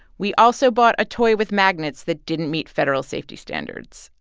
we also bought a toy with magnets that didn't meet federal safety standards.